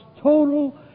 total